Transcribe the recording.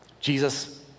Jesus